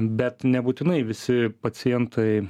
bet nebūtinai visi pacientai